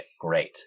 Great